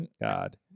God